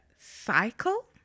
Cycle